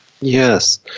Yes